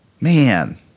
man